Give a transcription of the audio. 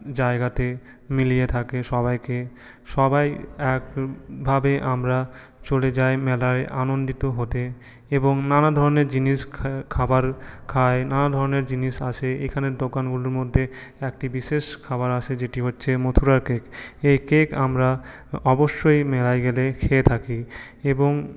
জায়গাতে মিলিয়ে থাকে সবাইকে সবাই এক ভাবে আমরা চলে যাই মেলায় আনন্দিত হতে এবং নানা ধরনের জিনিস খাবার খাই নানা ধরনের জিনিস আসে এখানে দোকানগুলির মধ্যে একটি বিশেষ খাবার আসে যেটি হচ্ছে মথুরার কেক এই কেক আমরা অবশ্যই মেলায় গেলে খেয়ে থাকি এবং